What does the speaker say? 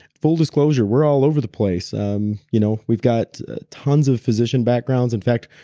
full disclosure, we're all over the place um you know we've got tons of physician backgrounds. in fact,